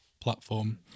platform